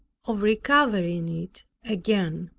of recovering it again.